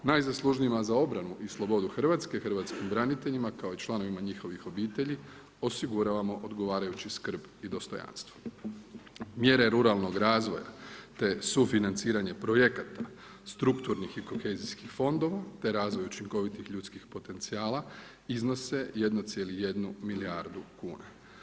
Najzaslužnijima za obranu i slobodu Hrvatske i hrvatskim braniteljima kao i članovima njihovih obitelji osiguravamo odgovarajuću skrb i dostojanstvo, mjere ruralnog razvoja, te sufinanciranje projekata, strukturnih i kohezijskih fondova, te razvoj učinkovitih ljudskih potencijala iznose 1,1 milijardu kuna.